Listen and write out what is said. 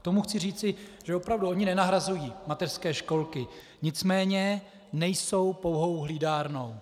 K tomu chci říci, že opravdu ony nenahrazují mateřské školky, nicméně nejsou pouhou hlídárnou.